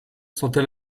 sentait